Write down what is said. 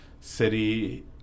city